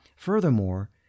Furthermore